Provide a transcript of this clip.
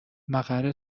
مقر